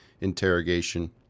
interrogation